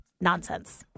nonsense